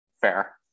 Fair